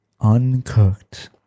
uncooked